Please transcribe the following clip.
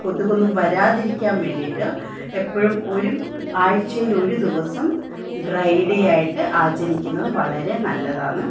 കൊതുകൊന്നും വരാതിരിക്കാൻ വേണ്ടിയിട്ട് എപ്പോഴും ഒരു ആഴ്ചയിൽ ഒരു ദിവസം ഡ്രൈ ഡേ ആയിട്ട് ആചരിക്കുന്നത് വളരെ നല്ലതാണ്